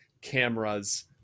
cameras